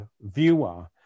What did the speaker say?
viewer